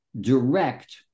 direct